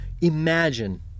imagine